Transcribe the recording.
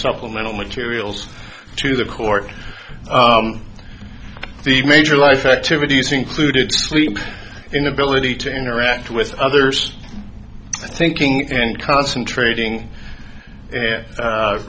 supplemental materials to the court the major life activities included sleep inability to interact with others thinking and concentrating